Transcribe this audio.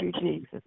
Jesus